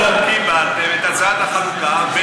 לא קיבלתם את הצעת החלוקה.